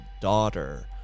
Daughter